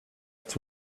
its